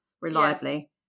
reliably